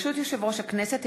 ברשות יושב-ראש הכנסת,